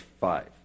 five